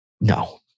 No